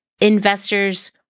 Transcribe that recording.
investors